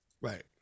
Right